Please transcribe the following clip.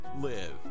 live